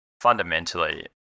fundamentally